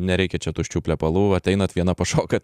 nereikia čia tuščių plepalų ateinat viena pašokat